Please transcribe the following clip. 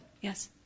Yes